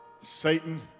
Satan